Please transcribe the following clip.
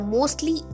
Mostly